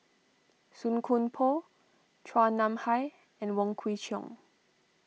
Song Koon Poh Chua Nam Hai and Wong Kwei Cheong